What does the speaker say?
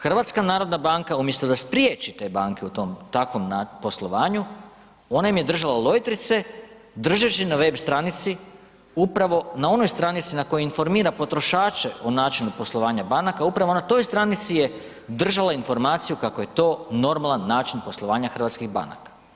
HNB umjesto da spriječi te banke u tom takvom poslovanju ona im je držala lojtrice držeći na web stranici upravo na onoj stranici na kojoj informira potrošače o načinu poslovanja banaka, upravo na toj stranici je držala informaciju kako je to normalan način poslovanja hrvatskih banaka.